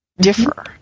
Differ